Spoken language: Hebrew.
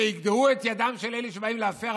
שיגדעו את ידם של אלה שבאים להפר.